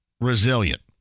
resilient